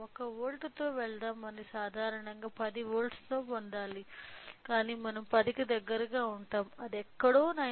1 వోల్ట్తో వెళ్దాం అది సాధారణంగా 10 వోల్ట్లను పొందాలి కాని మనం 10 కి దగ్గరగా ఉంటాము అది ఎక్కడో 9